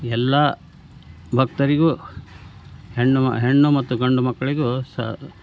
ಎಲ್ಲಾ ಭಕ್ತರಿಗೂ ಹೆಣ್ಣು ಹೆಣ್ಣು ಮತ್ತು ಗಂಡು ಮಕ್ಕಳಿಗೂ ಸ